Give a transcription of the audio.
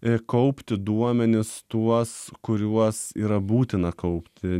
ir kaupti duomenis tuos kuriuos yra būtina kaupti